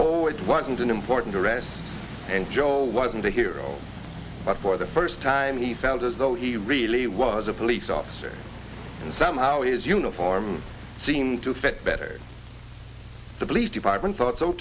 would want an important arrest and joe wasn't a hero but for the first time he felt as though he really was a police officer and somehow his uniform seemed to fit better the police department thought so